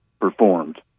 performed